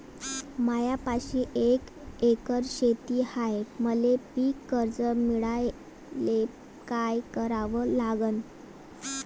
मायापाशी एक एकर शेत हाये, मले पीककर्ज मिळायले काय करावं लागन?